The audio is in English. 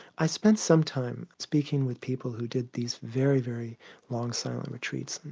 i spent some time speaking with people who did these very, very long silence retreats,